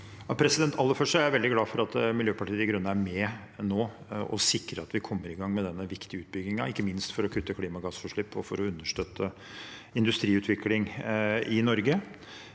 er jeg veldig glad for at Miljøpartiet De Grønne er med nå og sikrer at vi kommer i gang med denne viktige utbyggingen, ikke minst for å kutte klimagassutslipp og for å understøtte industriutvikling i Norge.